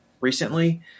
recently